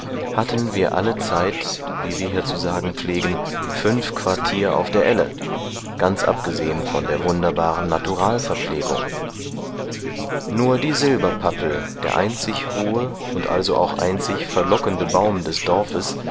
hatten wir allezeit wie wir hier zu sagen pflegen fünf quartier auf der elle ganz abgesehen von der wunderbaren naturalverpflegung nur die silberpappel der einzig hohe und also auch einzig verlockende baum des dorfes